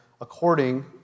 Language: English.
according